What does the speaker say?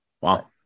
Wow